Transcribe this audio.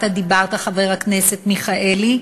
ואתה דיברת עליו, חבר הכנסת מיכאלי,